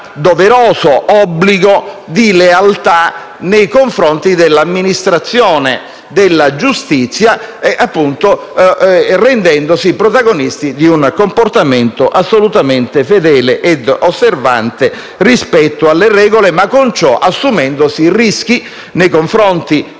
doveroso obbligo di lealtà nei confronti dell'amministrazione della giustizia, rendendosi protagonisti di un comportamento assolutamente fedele ed osservante rispetto alle regole, con ciò assumendosi rischi non soltanto